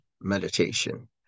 meditation